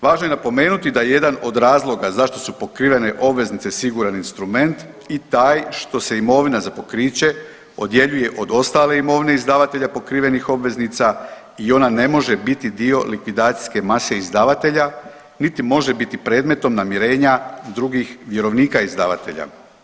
Važno je napomenuti da je jedan od razloga zašto su pokrivene obveznice siguran instrument i taj što se imovina za pokriće odjeljuje od ostale imovine izdavatelja pokrivenih obveznica i ona ne može biti dio likvidacijske mase izdavatelja niti može biti predmetom namirenje drugih vjerovnika izdavatelja.